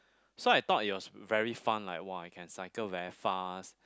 so I thought it was very fun like !wah! I can cycle very fast